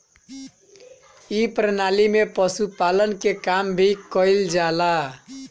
ए प्रणाली में पशुपालन के काम भी कईल जाला